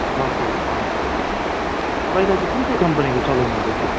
दसदेखि पन्ध्र है ए पहिला चाहिँ कुन चाहिँ कम्पनीको चलाउनु हुँदैथ्यो